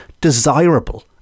desirable